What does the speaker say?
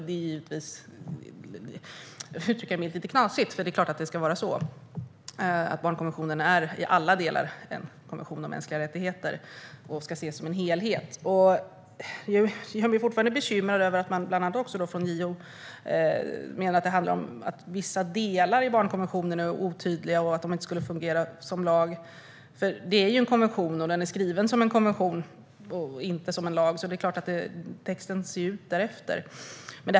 Detta är lite knasigt, för att uttrycka det milt, för det är klart att barnkonventionen i alla delar är en konvention om mänskliga rättigheter och ska ses som en helhet. Jag är bekymrad över att bland andra JO menar att vissa delar i barnkonventionen är otydliga och att de inte skulle fungera som lag. Detta är ju en konvention, och den är skriven som en konvention och inte som en lag, så det är klart att texten ser ut därefter.